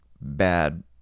bad